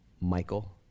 Michael